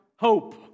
Hope